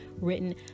written